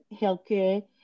healthcare